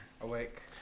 Awake